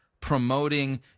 promoting